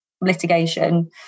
litigation